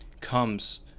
comes